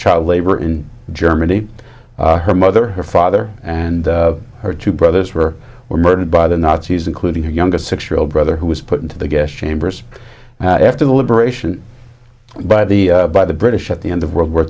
child labor in germany her mother her father and her two brothers were were murdered by the nazis including her youngest six year old brother who was put into the gas chambers after the liberation by the by the british at the end of world war